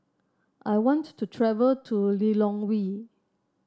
I want to travel to Lilongwe